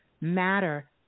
matter